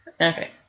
Okay